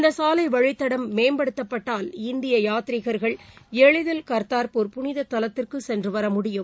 இந்த சாலை வழித்தடம் மேம்படுத்தப்பட்டால் இந்திய யாத்ரிகர்கள் எளிதில் கார்தார்பூர் புளித தலத்திற்கு சென்றுவர முடியும்